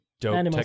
dope